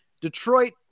Detroit